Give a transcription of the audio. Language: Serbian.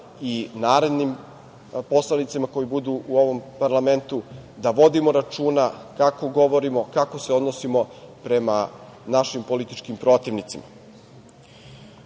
i narodnim poslanicima koji budu u ovom parlamentu, da vodimo računa kako govorimo, kako se odnosimo prema našim političim protivnicima. Francuski